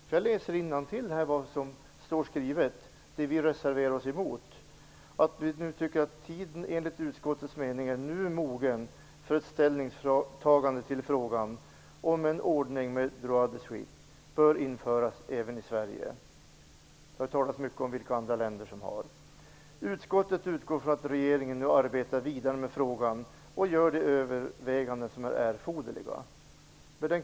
Låt mig läsa innantill ur det avsnitt som vi reserverat oss emot: Tiden är ''enligt utskottets mening nu mogen för ett ställningstagande till frågan om en ordning med droit de suite bör införas även i Sverige.'' Det har ju talats mycket om att en sådan ordning finns i andra länder. Det framhålls vidare: ''Utskottet utgår från att regeringen nu arbetar vidare med frågan och gör de överväganden som är erforderliga.''